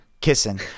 kissing